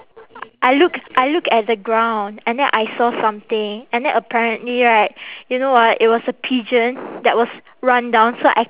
I look I look at the ground and then I saw something and then apparently right you know what it was a pigeon that was run down so I